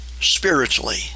spiritually